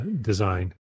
design